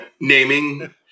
naming